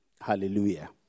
Hallelujah